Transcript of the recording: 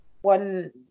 one